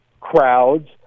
crowds